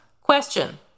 Question